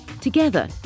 Together